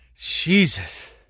Jesus